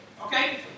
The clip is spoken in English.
Okay